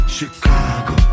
Chicago